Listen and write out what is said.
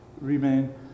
remain